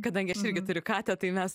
kadangi aš irgi turi katę tai mes